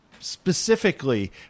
specifically